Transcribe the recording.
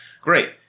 Great